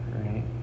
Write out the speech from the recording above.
right